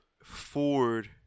Ford